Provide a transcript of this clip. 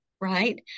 Right